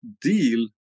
deal